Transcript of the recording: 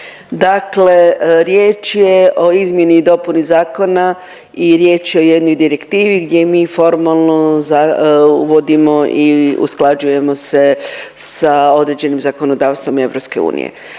dakle riječ je o izmjeni i dopuni zakona i riječ je o jednoj direktivi gdje mi formalno uvodimo i usklađujemo se sa određenim zakonodavstvom EU,